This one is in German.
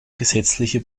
gesetzliche